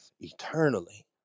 eternally